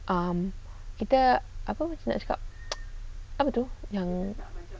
um kita apa macam mana nak cakap apa tu yang